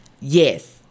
Yes